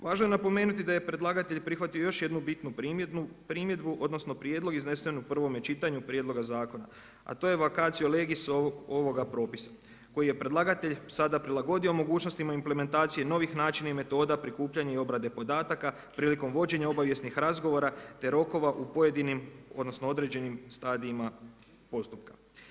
Važno je napomenuti da je predlagatelj prihvatio još jednu bitnu primjedbu odnosno prijedlog iznesen u prvome čitanju prijedloga zakona a to je vacatio legis ovoga propisa koji je predlagatelj sada prilagodio mogućnostima implementacije novih načina i metoda prikupljanja i obrade podataka prilikom vođenja obavijesnih razgovora te rokova u pojedinim, odnosno određenim stadijima postupka.